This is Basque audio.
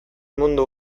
mundu